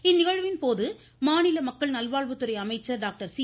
இந்நிகழ்வின் போது மாநில மக்கள் நல்வாழ்வுத்துறை அமைச்சர் டாக்டர் சி